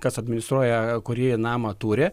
kas administruoja kurį namą turi